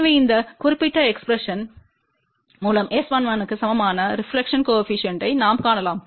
எனவேஇந்த குறிப்பிட்ட எக்ஸ்பிரஸன்டின் மூலம்S11க்கு சமமான ரெப்லக்டெட்ப்பு கோஏபிசிஎன்ட்த்தை நாம் காணலாம்